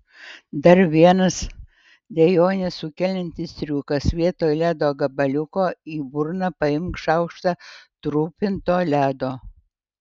dar vienas dejones sukeliantis triukas vietoj ledo gabaliuko į burną paimk šaukštą trupinto ledo